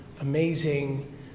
amazing